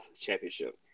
Championship